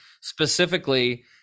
specifically